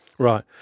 Right